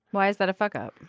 why is that a fuck up.